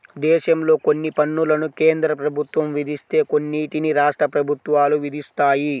దేశంలో కొన్ని పన్నులను కేంద్ర ప్రభుత్వం విధిస్తే కొన్నిటిని రాష్ట్ర ప్రభుత్వాలు విధిస్తాయి